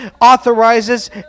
authorizes